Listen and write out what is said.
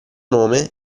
nome